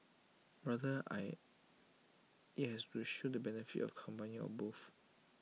rather I IT has to show the benefit of combining both